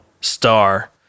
Star